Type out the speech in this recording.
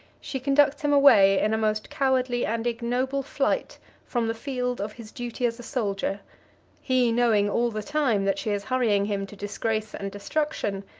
she conducts him away in a most cowardly and ignoble flight from the field of his duty as a soldier he knowing, all the time, that she is hurrying him to disgrace and destruction,